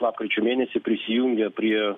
lapkričio mėnesį prisijungė prie